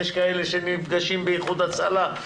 יש כאלה שנפגעים באיחוד הצלה,